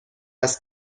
است